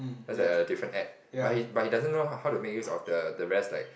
just that a different app but he but he doesn't know how to make use of the the rest like